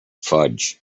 fudge